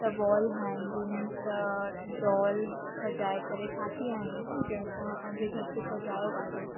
त wall hanging त dolls सजाए करे ठाही आहिनि जंहिंसां मां पंहिंजे घर खे सजायो आहे